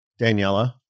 Daniela